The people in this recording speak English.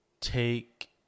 take